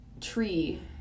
tree